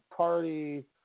Party